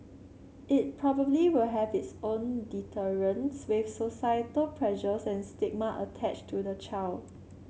it probably will have its own deterrents with societal pressures and stigma attached to the child